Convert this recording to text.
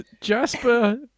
Jasper